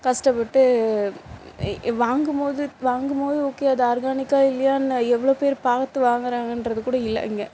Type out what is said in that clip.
கஷ்டப்பட்டு வாங்கும்போது வாங்கும்போது ஓகே அது ஆர்கானிக்கா இல்லையான்னு எவ்வளோ பேர் பார்த்து வாங்குறாங்கன்றது கூட இல்லை இங்கே